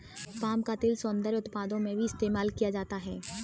palm का तेल सौन्दर्य उत्पादों में भी इस्तेमाल किया जाता है